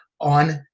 on